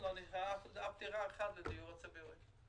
לא נשארת אף דירה אחת לדיור הציבורי.